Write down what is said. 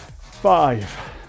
Five